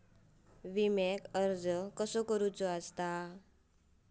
विम्याक अर्ज कसो करायचो?